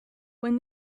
when